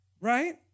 Right